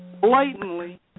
blatantly